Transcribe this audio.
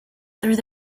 through